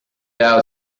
out